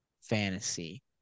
fantasy